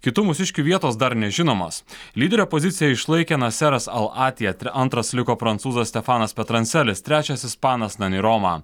kitų mūsiškių vietos dar nežinomos lyderio poziciją išlaikė naseras al atija antras liko prancūzas stefanas peterancelis trečias ispanas nani roma